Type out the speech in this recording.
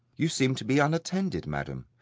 you seem to be unattended, madam.